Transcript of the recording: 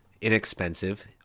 inexpensive